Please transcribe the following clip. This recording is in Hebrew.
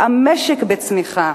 המשק בצמיחה.